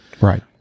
right